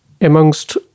amongst